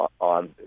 on